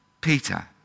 Peter